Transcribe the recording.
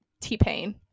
T-Pain